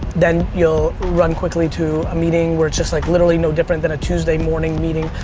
then you'll run quickly to a meeting where it's just like literally no different than a tuesday morning meeting.